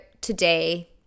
today